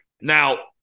Now